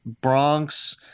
Bronx